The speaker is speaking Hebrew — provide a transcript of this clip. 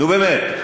נו, באמת.